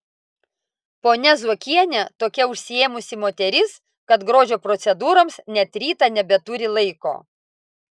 ponia zuokienė tokia užsiėmusi moteris kad grožio procedūroms net rytą nebeturi laiko